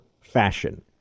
fashion